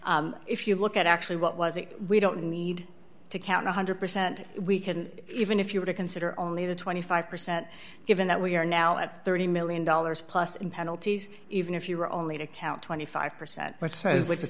honor if you look at actually what was it we don't need to count one hundred percent we can even if you were to consider only the twenty five percent given that we are now at thirty million dollars plus in penalties even if you were only to count twenty five percent but those like t